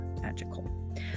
magical